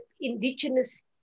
indigenous